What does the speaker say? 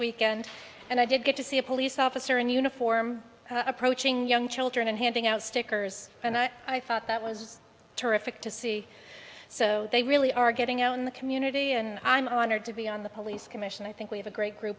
weekend and i did get to see a police officer in uniform approaching young children and handing out stickers and i thought that was terrific to see so they really are getting out in the community and i'm honored to be on the police commission i think we have a great gr